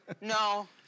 No